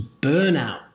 burnout